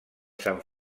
sant